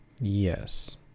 Yes